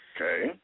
Okay